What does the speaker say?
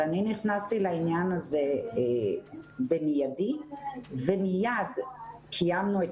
אני נכנסתי לעניין הזה במיידי ומייד קיימנו את